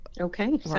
okay